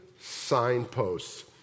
Signposts